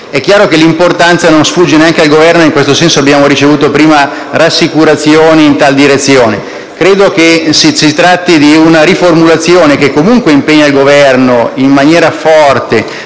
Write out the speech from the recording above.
ordine del giorno non sfugge neanche al Governo e in questo senso abbiamo ricevuto prima rassicurazioni in tale direzione. Credo che si tratti di una riformulazione che comunque impegna il Governo in maniera forte